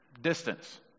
distance